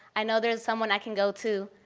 i know there is someone i can go to.